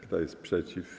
Kto jest przeciw?